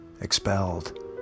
expelled